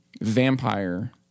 vampire